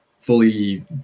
fully